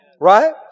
Right